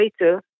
later